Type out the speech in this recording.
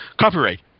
copyright